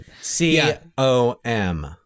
c-o-m